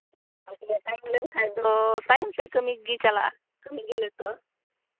ᱛᱟᱵᱚᱞᱮ ᱵᱟᱠᱷᱟᱡ ᱫᱚ ᱛᱟᱭᱚᱢ ᱥᱮᱫ ᱠᱟᱹᱢᱤᱜᱮ ᱪᱟᱞᱟᱜᱼᱟ ᱠᱟᱹᱢᱤᱜᱮ ᱞᱮᱹᱴᱚᱜᱼᱟ